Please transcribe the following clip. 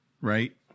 right